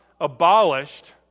abolished